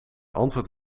antwoord